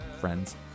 friends